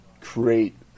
create